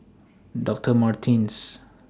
Dr Martens